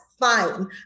Fine